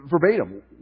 verbatim